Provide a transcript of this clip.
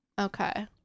Okay